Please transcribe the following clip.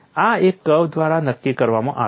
આ એક કર્વ દ્વારા નક્કી કરવામાં આવે છે